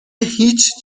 هیچ